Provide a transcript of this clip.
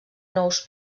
nous